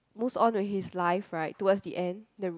moves on with his life right towards the end the